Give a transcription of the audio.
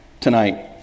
tonight